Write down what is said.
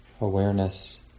awareness